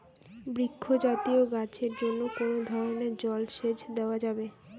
বৃক্ষ জাতীয় গাছের জন্য কোন ধরণের জল সেচ দেওয়া যাবে?